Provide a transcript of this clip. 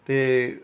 ਅਤੇ